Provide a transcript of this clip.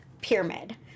Pyramid